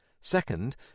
Second